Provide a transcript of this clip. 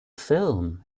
film